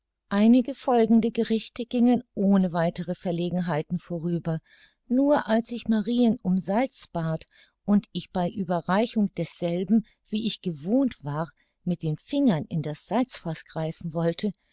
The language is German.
einige folgende gerichte gingen ohne weitere verlegenheiten vorüber nur als ich marien um salz bat und ich bei ueberreichung desselben wie ich gewohnt war mit den fingern in das salzfaß greifen wollte